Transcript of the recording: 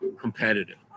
competitive